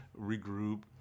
regroup